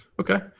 Okay